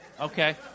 Okay